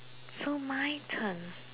so my turn